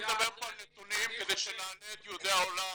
אני מדבר פה על נתונים כדי שנעלה את יהודי העולם,